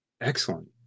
excellent